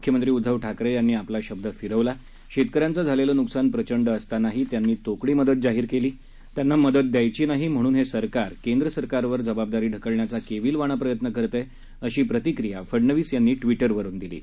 मुख्यमंत्री उद्धव ठाकरे यांनी आपला शब्द फिरवला शेतकऱ्यांचं झालेलं नुकसान प्रचंड असतानाही त्यांनी तोकडी मदत जाहीर केली त्यांना मदत द्यायची नाही म्हणून हे सरकार केंद्र सरकारवर जबाबदारी ढकलायचा केविलवाणा प्रयत्न करत आहे अशी प्रतिक्रिया फडणवीस यांनी ट्विटरवरून दिली आहे